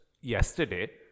yesterday